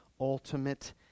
ultimate